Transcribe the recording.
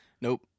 Nope